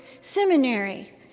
Seminary